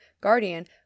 Guardian